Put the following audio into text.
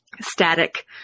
static